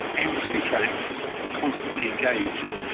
endlessly tracked and constantly engaged.